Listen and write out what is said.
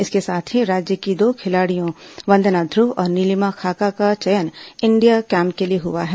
इसके साथ ही राज्य की दो खिलाड़ियों वंदना ध्रव और नीलिमा खाखा का चयन इंडिया कैम्प के लिए हुआ है